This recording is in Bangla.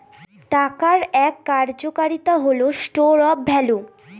টাকার এক কার্যকারিতা হল স্টোর অফ ভ্যালু